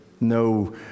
no